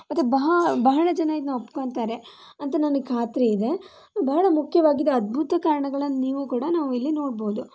ಅದು ಬಹಳ ಬಹಳ ಜನ ಇದನ್ನು ಒಪ್ಕೋಳ್ತಾರೆ ಅಂತ ನನಗೆ ಕಾತುರ ಇದೆ ಬಹಳ ಮುಖ್ಯವಾಗಿದೆ ಅದ್ಬುತ ಕಾರಣಗಳನ್ನ ನೀವು ಕೂಡ ನಾವು ಇಲ್ಲಿ ನೋಡಬಹುದು